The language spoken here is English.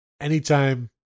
anytime